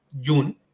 June